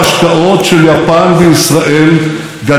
פי 40 תוך ארבע שנים.